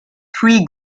three